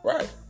Right